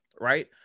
right